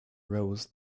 rose